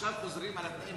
עכשיו חוזרים על התנאים,